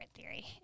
theory